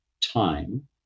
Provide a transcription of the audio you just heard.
time